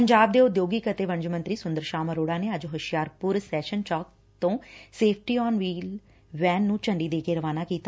ਪੰਜਾਬ ਦੇ ਉਦਯੋਗ ਅਤੇ ਵਣਜ ਮੰਤਰੀ ਸੁੰਦਰ ਸ਼ਾਮ ਅਰੋੜਾ ਨੇ ਅੱਜ ਹੁਸ਼ਿਆਰਪੁਰ ਸੈਸ਼ਨ ਚੌਕ ਤੋ' ਸੇਫਟੀ ਆਨ ਵਹੀਲ ਵੈਨ ਨੂੰ ਝੰਡੀ ਦੇ ਕੇ ਰਵਾਨਾ ਕੀਤਾ